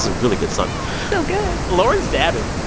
so really good song so good lauren is dabbing.